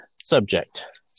subject